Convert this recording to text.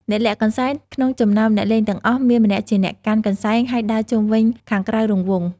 អ្នកលាក់កន្សែងក្នុងចំណោមអ្នកលេងទាំងអស់ មានម្នាក់ជាអ្នកកាន់ កន្សែង ហើយដើរជុំវិញខាងក្រៅរង្វង់ ។